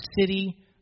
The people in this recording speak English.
city